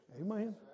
Amen